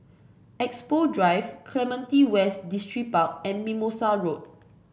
Expo Drive Clementi West Distripark and Mimosa Road